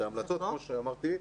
את ההמלצות כמו שאמרתי.